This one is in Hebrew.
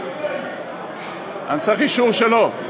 אני צריך אישור שלו,